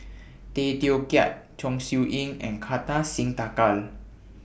Tay Teow Kiat Chong Siew Ying and Kartar Singh Thakral